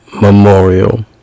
memorial